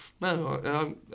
No